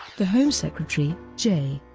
the home secretary, j.